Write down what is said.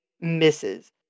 misses